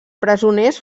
presoners